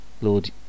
Lord